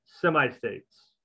semi-states